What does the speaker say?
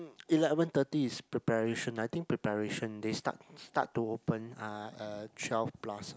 eleven thirty is preparation I think preparation they start start to open uh at twelve plus